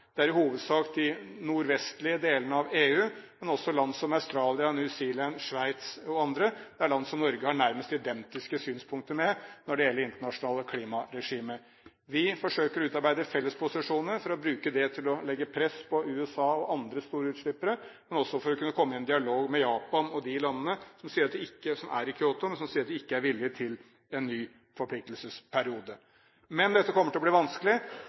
Det er i hovedsak de nordvestlige delene av EU, men også land som Australia, New Zealand, Sveits og andre. Det er land som Norge har nærmest identiske synspunkter med når det gjelder internasjonale klimaregimer. Vi forsøker å utarbeide felles posisjoner for å bruke det til å legge press på USA og andre store utslippere, men også for å kunne komme i en dialog med Japan og de landene som er i Kyotoprotokollen, men som sier at de ikke er villig til en ny forpliktelsesperiode. Dette kommer til å bli vanskelig,